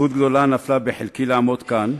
זכות גדולה נפלה בחלקי לעמוד כאן,